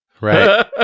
Right